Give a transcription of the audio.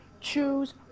Choose